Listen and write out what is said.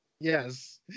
Yes